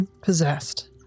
possessed